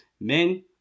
Men